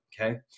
okay